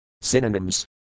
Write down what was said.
Synonyms